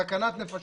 סכנת נפשות.